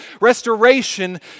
Restoration